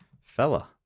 fella